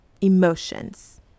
emotions